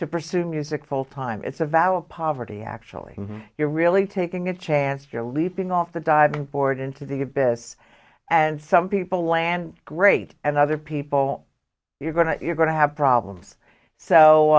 to pursue music full time it's a valid poverty actually you're really taking a chance you're leaping off the diving board into the abyss and some people land great and other people you're going to you're going to have problems so